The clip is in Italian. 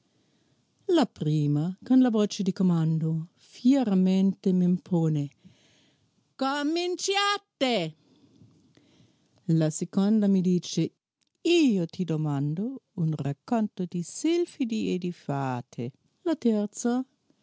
la prima con la voce di comando fieramente m'impone cominciate la seconda mi dice io ti domando un racconto di silfidi e di fate la terza